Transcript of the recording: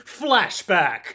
Flashback